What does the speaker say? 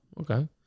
okay